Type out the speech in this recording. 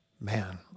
man